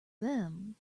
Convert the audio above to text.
them